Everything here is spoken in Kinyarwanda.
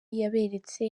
yaberetse